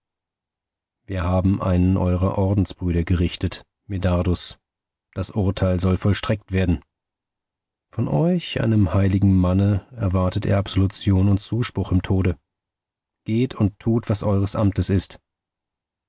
wir haben einen eurer ordensbrüder gerichtet medardus das urteil soll vollstreckt werden von euch einem heiligen manne erwartet er absolution und zuspruch im tode geht und tut was eures amts ist